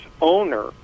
owner